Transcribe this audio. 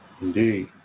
Indeed